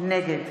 נגד